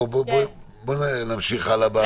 בוא נמשיך הלאה בסקירה.